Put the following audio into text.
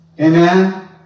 Amen